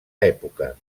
època